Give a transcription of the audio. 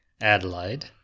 Adelaide